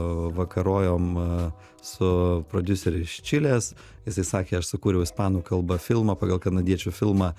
vakarojom su prodiuseriu iš čilės jisai sakė aš sukūriau ispanų kalba filmą pagal kanadiečių filmą